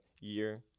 year